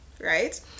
right